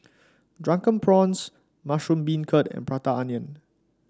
Drunken Prawns Mushroom Beancurd and Prata Onion